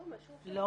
לא.